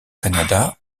canada